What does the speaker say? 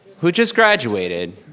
who just graduated